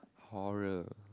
horror